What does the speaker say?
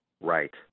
right